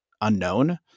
unknown